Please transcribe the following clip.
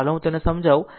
ચાલો હું તેને સમજાવું